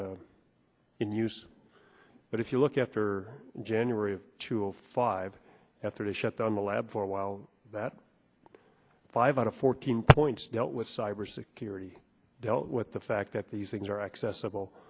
in use but if you look after january of two and five after the shutdown the lab for a while that five out of fourteen points dealt with cyber security dealt with the fact that these things are accessible